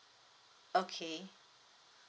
okay